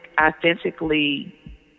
authentically